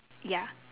ya